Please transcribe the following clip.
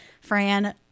Fran